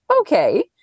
okay